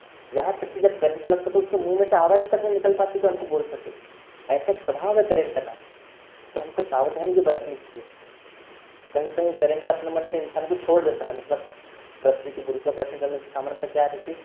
यहाँ तक कि जब करंट लगता है तो उसके मुँह में से आवाज तक नहीं निकल पाती कि हमको बोल सके ऐसे प्रभाव है करेंट का तो हमको सावधानी भी बरतनी चाहिए कहीं कहीं करेंट अपने मन से इंसान को छोड़ देता है मतलब पृथ्वी के गुरुत्वाकर्षण का सामर्थ्यकता क्या रहती है